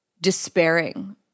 despairing